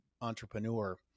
entrepreneur